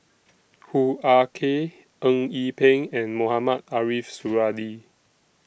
Hoo Ah Kay Eng Yee Peng and Mohamed Ariff Suradi